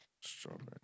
Strawberry